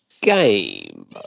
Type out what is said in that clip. game